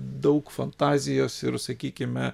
daug fantazijos ir sakykime